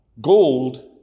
Gold